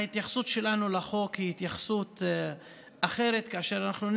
ההתייחסות שלנו לחוק היא התייחסות אחרת כאשר אנחנו לא